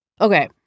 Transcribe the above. Okay